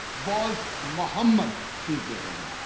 was muhammad peace be upon him?